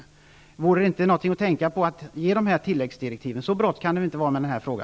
Skulle man inte kunna tänka sig att ge dessa tilläggsdirektiv? Så brått kan det väl inte vara med denna fråga.